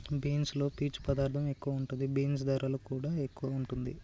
beans లో పీచు పదార్ధం ఎక్కువ ఉంటది, బీన్స్ ధరలు కూడా ఎక్కువే వుంటుంది